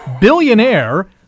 billionaire